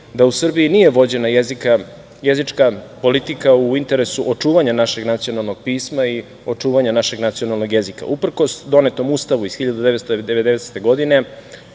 da u Srbiji nije vođena jezička politika u interesu očuvanja našeg nacionalnog pisma i očuvanja našeg nacionalnog jezika, uprkos donetom Ustavu iz 1990. godine.